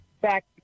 back